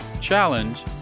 challenge